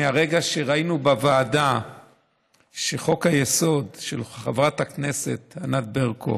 מהרגע שראינו בוועדה שחוק-היסוד של חברת הכנסת ענת ברקו